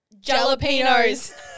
Jalapenos